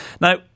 Now